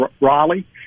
Raleigh